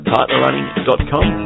PartnerRunning.com